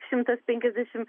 šimtas penkiasdešimt